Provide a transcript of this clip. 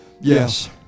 Yes